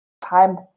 time